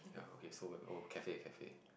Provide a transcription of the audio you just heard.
ya okay so went of cafe cafe